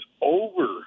over